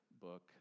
book